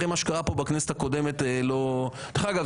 אחרי מה שקרה בכנסת הקודמת - דרך אגב,